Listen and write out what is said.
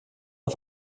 auf